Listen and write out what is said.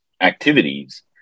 activities